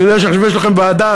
אני יודע שעכשיו יש לכם ועדה,